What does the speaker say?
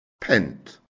pent